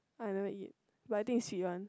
I never eat but I think is sweet one